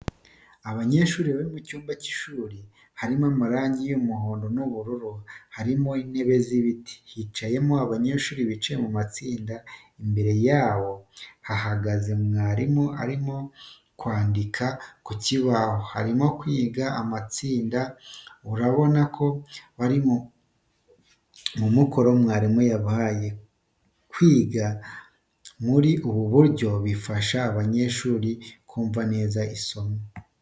Abanyeshuri bari mu cyumba cy'ishuri harimo amarangi y'umuhondo n'ubururu, harimo intebe z'ibiti hicayemo abanyeshuri bicaye mu matsinda, imbere yabo hahagaze mwarimu arimo kwandika ku kibaho, barimo kwiga mu matsinda, urabona ko bari mu mukoro mwarimu yabahaye. Kwigira muri ubu buryo bifasha abanyeshuri kumva neza isomo.